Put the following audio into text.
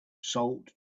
salt